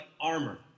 armor